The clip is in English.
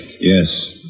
Yes